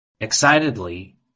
Excitedly